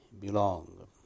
belong